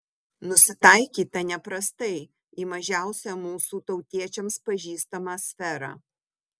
nusitaikyta neprastai į mažiausią mūsų tautiečiams pažįstamą sferą